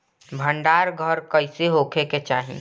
भंडार घर कईसे होखे के चाही?